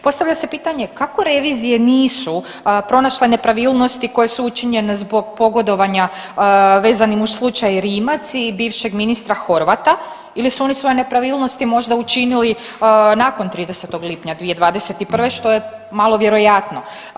Postavlja se pitanje kako revizije nisu pronašle nepravilnosti koje su učinjene zbog pogodovanja vezanim uz slučaj Rimac i bivšeg ministra Horvata ili su oni svoje nepravilnosti možda učinili nakon 30. lipnja 2021., što je malo vjerojatno.